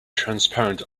transparent